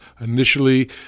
initially